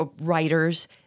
writers